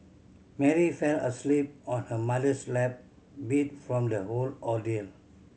Mary fell asleep on her mother's lap beat from the whole ordeal